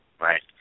Right